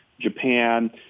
Japan